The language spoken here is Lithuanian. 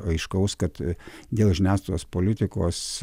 aiškaus kad dėl žiniasklaidos politikos